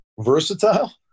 versatile